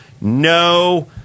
no